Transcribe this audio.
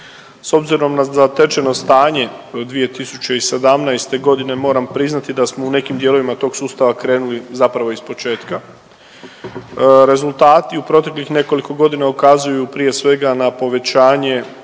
S obzirom na zatečeno stanje do 2017.g. moram priznati da smo u nekim dijelovima tog sustava krenuli zapravo iz početka. Rezultati u proteklih nekoliko godina ukazuju prije svega na povećanje